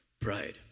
Pride